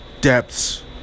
depths